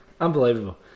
Unbelievable